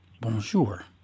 Bonjour